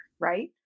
right